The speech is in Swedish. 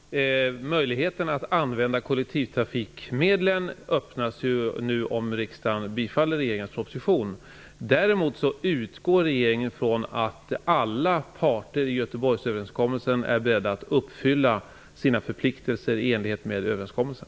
Herr talman! Möjligheten att använda kollektivtrafikmedlen öppnas nu om riksdagen bifaller regeringens proposition. Däremot utgår regeringen från att alla parter i Göteborgsöverenskommelsen är beredda att uppfylla sina förpliktelser i enlighet med överenskommelsen.